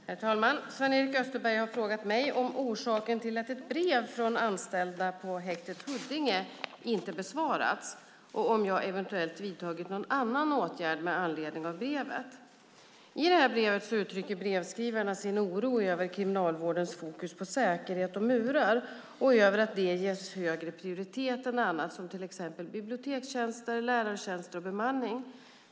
Herr talman! Sven-Erik Österberg har frågat mig om orsaken till att ett brev från anställda på häktet Huddinge inte besvarats och om jag eventuellt vidtagit någon annan åtgärd med anledning av brevet. I brevet uttrycker brevskrivarna sin oro över Kriminalvårdens fokus på säkerhet och murar och över att det ges en högre prioritet än annat som till exempel bibliotekstjänster, lärartjänster och bemanning.